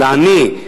לעני,